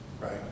right